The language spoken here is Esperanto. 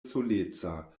soleca